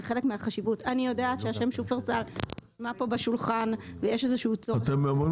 אני יודעת שהשם שופרסל --- בשולחן ויש --- אומרים